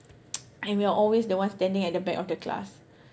I'm your always the one standing at the back of the class